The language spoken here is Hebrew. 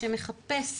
שמחפש